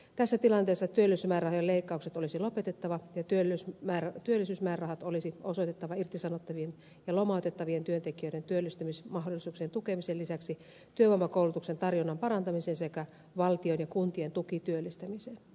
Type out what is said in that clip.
tässä tilanteessa työllisyysmäärärahojen leikkaukset olisi lopetettava ja työllisyysmäärärahat olisi osoitettava irtisanottavien ja lomautettavien työntekijöiden työllistämismahdollisuuksien tukemisen lisäksi työvoimakoulutuksen tarjonnan parantamiseen sekä valtion ja kuntien tukityöllistämiseen